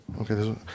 Okay